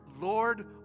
Lord